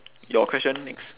your question next